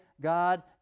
God